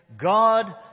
God